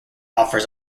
offers